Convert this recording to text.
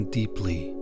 deeply